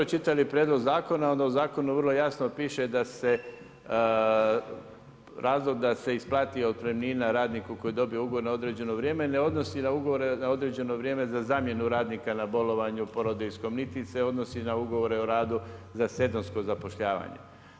Pa ako ste dobro čitali prijedlog zakona onda u zakonu vrlo jasno piše da se razlog da se isplati otpremnina radniku koji dobije ugovor na određeno vrijeme, ne odnosi na ugovore na određeno vrijeme za zamjenu radnika na bolovanju, porodiljskom niti se odnosi na ugovore o radu za sezonsko zapošljavanje.